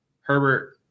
Herbert